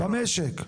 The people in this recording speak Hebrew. במשק.